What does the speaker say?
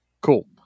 cool